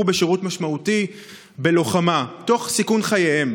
בשירות משמעותי בלוחמה תוך סיכון חייהם.